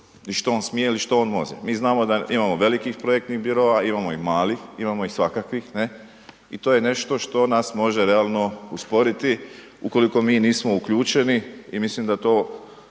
i što on smije ili što on može. Mi znamo da imamo velikih projektnih biroa, imamo i malih, imamo ih svakakvih, ne i to je nešto što nas može realno usporiti ukoliko mi nismo uključeni i mislim da to